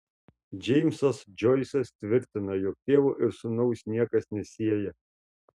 džeimsas džoisas tvirtina jog tėvo ir sūnaus niekas nesieja